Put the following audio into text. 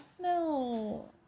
No